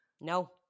No